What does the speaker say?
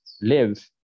live